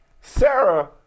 Sarah